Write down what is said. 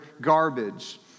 garbage